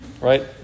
Right